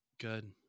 Good